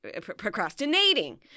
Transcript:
procrastinating